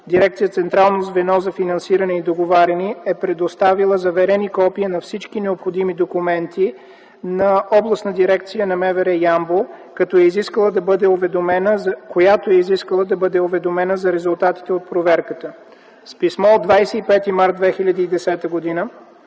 дирекция „Централно звено за финансиране и договаряне” е предоставила заверени копия на всички необходими документи на Областна дирекция на МВР – Ямбол, която е изискала да бъде уведомена за резултатите от проверката. С писмо от 25 март 2010 г.